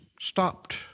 stopped